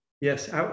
Yes